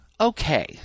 okay